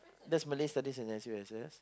there's Malay studies in S_U_S_S